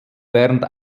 während